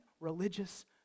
religious